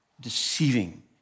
deceiving